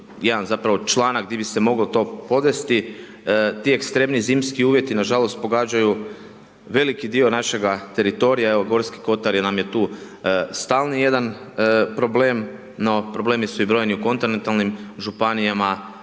jedan zapravo članak di bi se moglo to podvesti, ti ekstremni zimski uvjeti nažalost pogađaju veliki dio našega teritorija, evo Gorski kotar nam je tu stalni jedan problem, no problemu su brojni i u kontinentalnim županijama,